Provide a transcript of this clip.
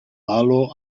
palo